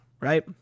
Right